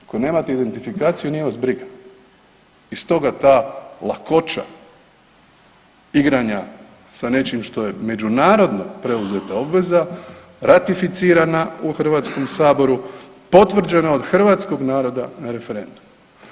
Ako nemate identifikaciju nije vas briga i stoga ta lakoća igranja sa nečim što je međunarodno preuzeta obveza ratificirana u Hrvatskom saboru, potvrđena od hrvatskog naroda na referendumu.